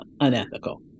unethical